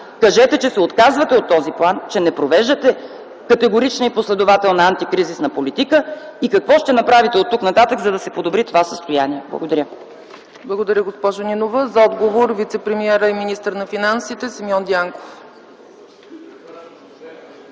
кажете, че се отказвате от този план, че не провеждате категорична и последователна антикризисна политика и какво ще направите оттук нататък, за да се подобри това състояние. Благодаря. ПРЕДСЕДАТЕЛ ЦЕЦКА ЦАЧЕВА: Благодаря, госпожо Нинова. За отговор вицепремиерът и министър на финансите Симеон Дянков.